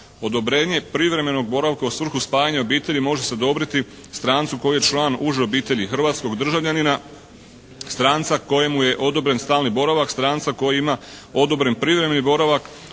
Odobrenje privremenog boravka u svrhu spajanja obitelji može se odobriti strancu koji je član uže obitelji hrvatskog državljanina, stranca kojemu je odobren stalni boravak, stranca koji ima odobren privremeni boravak